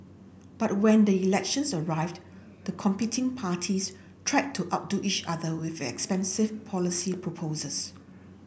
but when the elections arrived the competing parties tried to outdo each other with expensive policy proposals